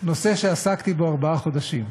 נושא שעסקתי בו ארבעה חודשים.